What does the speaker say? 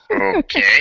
Okay